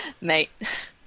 Mate